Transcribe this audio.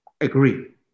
agree